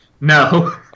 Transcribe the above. No